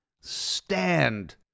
stand